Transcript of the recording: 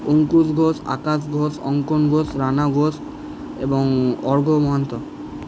অঙ্কুশ ঘোষ আকাশ ঘোষ অঙ্কন ঘোষ রানা ঘোষ এবং অর্ঘ্য মোহান্ত